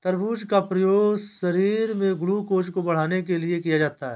तरबूज का प्रयोग शरीर में ग्लूकोज़ को बढ़ाने के लिए किया जाता है